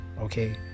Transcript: Okay